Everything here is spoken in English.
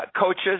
coaches